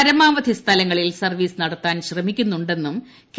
പരമാവധി സ്ഥലങ്ങളിൽ സർവ്വീസ് നടത്താൻ ശ്രമിക്കുന്നു െന്നും കെ